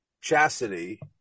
Chastity